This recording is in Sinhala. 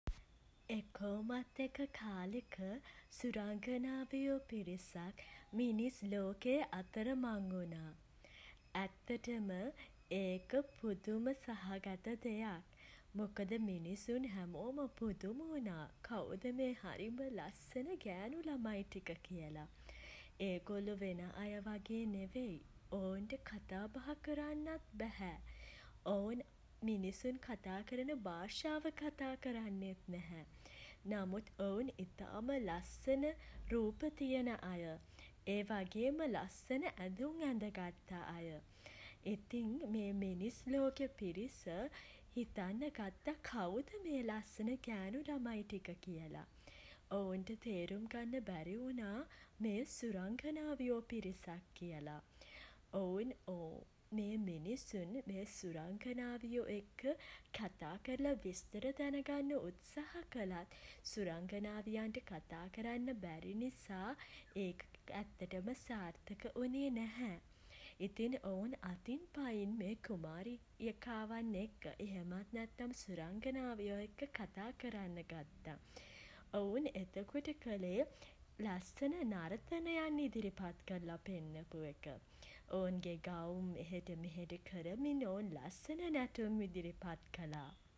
එකෝමත් එක කාලෙක සුරංගනාවියෝ පිරිසක් මිනිස් ලෝකයේ අතරමං වුණා. ඇත්තටම ඒක පුදුම සහගත දෙයක්. මොකද මිනිසුන් හැමෝම පුදුම වුණා කවුද මේ හරිම ලස්සන ගෑනු ළමයි ටික කියල. ඒගොල්ලො වෙන අය වගේ නෙවෙයි. ඔවුන්ට කතාබහ කරන්නත් බැහැ. ඔවුන් මිනිසුන් කතා කරන භාෂාව කතා කරන්නෙත් නැහැ. නමුත් ඔවුන් ඉතාම ලස්සන රූප තියෙන අය. ඒ වගේම ලස්සන ඇඳුම් ඇඳ ගත්ත අය. ඉතින් මේ මිනිස් ලෝකෙ පිරිස හිතන්න ගත්ත කවුද මේ ලස්සන ගෑණු ළමයි ටික කියල. ඔවුන්ට තේරුම් ගන්න බැරි වුණා මේ සුරංගනාවියෝ පිරිසක් කියලා. ඔවුන් මේ මිනිසුන් මේ සුරංගනාවියෝ එක්ක කතා කරලා විස්තර දැන ගන්න උත්සාහ කළත් සුරංගනාවියන්ට කතා කරන්න බැරි නිසා ඒක ඇත්තටම සාර්ථක වුණේ නැහැ. ඉතින් ඔවුන් අතින් පයින් මේ කුමාරි කාවන් එක්ක එහෙමත් නැත්නම් සුරංගනාවියෝ එක්ක කතා කරන්න ගත්තා. ඔවුන් එතකොට කළේ ලස්සන නර්තනයන් ඉදිරිපත් කරල පෙන්නපු එක. ඔවුන්ගේ ගවුම් එහෙට මෙහෙට කරමින් ඔවුන් ලස්සන නැටුම් ඉදිරිපත් කළා.